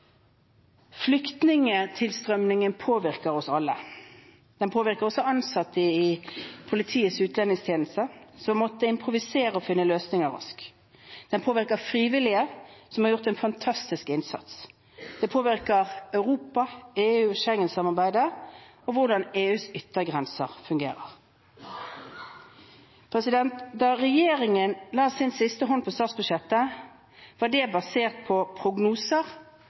påvirker oss alle. Den påvirker også ansatte i politiets utlendingstjeneste, som måtte improvisere og finne løsninger raskt. Den påvirker frivillige, som har gjort en fantastisk innsats. Den påvirker Europa, EU og Schengen-samarbeidet og hvordan EUs yttergrenser fungerer. Da regjeringen la sin siste hånd på statsbudsjettet, var det basert på prognoser